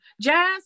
Jazz